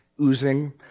oozing